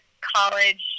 college